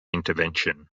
intervention